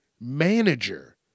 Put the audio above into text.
manager